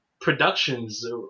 productions